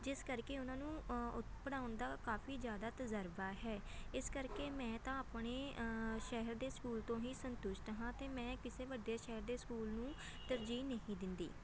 ਜਿਸ ਕਰਕੇ ਉਹਨਾਂ ਨੂੰ ਪੜ੍ਹਾਉਣ ਦਾ ਕਾਫੀ ਜ਼ਿਆਦਾ ਤਜ਼ਰਬਾ ਹੈ ਇਸ ਕਰਕੇ ਮੈਂ ਤਾਂ ਆਪਣੇ ਸ਼ਹਿਰ ਦੇ ਸਕੂਲ ਤੋਂ ਹੀ ਸੰਤੁਸ਼ਟ ਹਾਂ ਅਤੇ ਮੈਂ ਕਿਸੇ ਵੱਡੇ ਸ਼ਹਿਰ ਦੇ ਸਕੂਲ ਨੂੰ ਤਰਜੀਹ ਨਹੀਂ ਦਿੰਦੀ